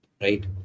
right